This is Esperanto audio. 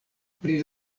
pri